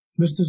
Mr